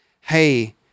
hey